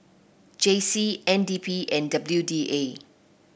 J C N D P and W D A